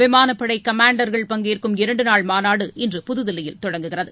விமானப்படை கமாண்டர்கள் பங்கேற்கும் இரண்டு நாள் மாநாடு இன்று புதுதில்லியில் தொடங்குகிறது